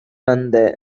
வந்த